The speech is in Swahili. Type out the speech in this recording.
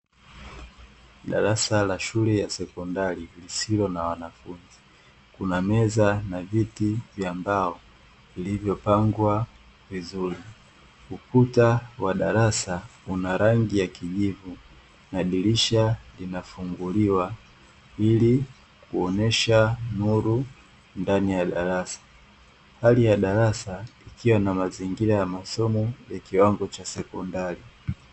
Darasa la shule ya sekondari lisilo na wanafunzi kuna meza na viti vya mbao vilivyopangwa vizuri. Ukuta wa darasa una rangi ya kijivu na dirisha linafunguliwa ili kuonesha nuru ndani ya darasa. Hali ya darasa ikiwa na mazingira ya masomo kiwango cha sekondari.